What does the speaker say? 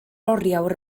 oriawr